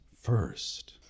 first